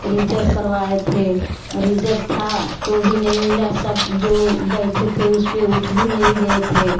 reserve करवाए थे reserve था तो भी नहीं मिला सब जो बैठे थे उसपे उठ भी नहीं रहे थे